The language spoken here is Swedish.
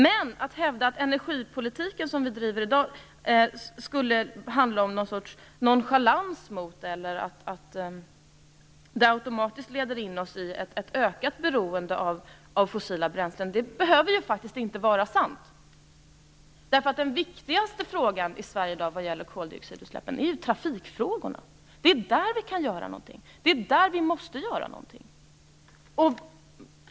Men att hävda att den energipolitik som bedrivs i dag skulle vara något slags nonchalans eller att den automatiskt leder oss in i ett ökat beroende av fossila bränslen behöver inte vara sant. Den viktigaste frågan i Sverige i dag när det gäller koldioxidutsläppen är ju trafikfrågan. Det är där vi kan och måste göra någonting.